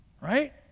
Right